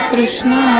Krishna